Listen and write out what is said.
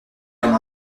comme